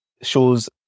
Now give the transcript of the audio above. shows